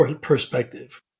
perspective